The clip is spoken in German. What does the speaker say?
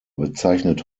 bezeichnet